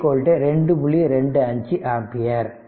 25ஆம்பியர்